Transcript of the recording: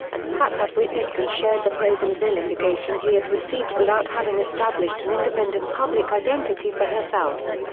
and pat had witnessed and shared the praise and vilification he had received without having established an independent public identity for herself.